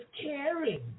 caring